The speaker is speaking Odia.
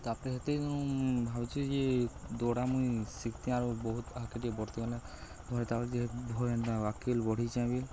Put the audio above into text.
ତା'ପରେ ହେତେ ଦିନୁ ମୁଁ ଭାବୁଚି ଯେ ଦୌଡ଼ା ମୁଇଁ ଶିଖ୍ତି ଆଉ ବହୁତ୍ ଆଗ୍କେ ଟିକେ ବଢତି ବେଲେ ଘରେ ତା'ପରେ ଯେନ୍ତା ଆଗ୍କେ ବଢ଼ିଚେଁ ବି